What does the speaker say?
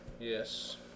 Yes